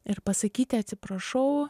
ir pasakyti atsiprašau